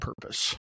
purpose